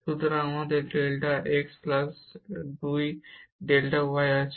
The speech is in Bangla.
সুতরাং আমাদের delta x plus 2 delta y আছে